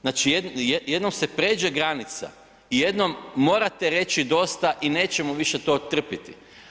Znači jednom se pređe granica i jednom morate reći dosta i nećemo više to trpjeti.